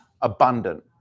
abundant